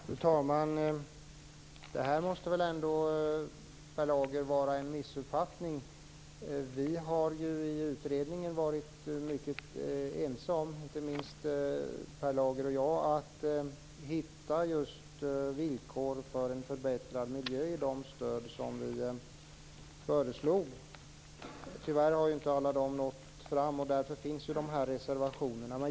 Fru talman! Det måste väl ändå vara en missuppfattning, Per Lager. Vi har i utredningen varit ense, inte minst Per Lager och jag, om att hitta villkor vad gäller en förbättrad miljö i de stöd som vi föreslår. Tyvärr har vi inte i alla delar nått ända fram, varav reservationerna.